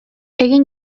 egin